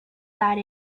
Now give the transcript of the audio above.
that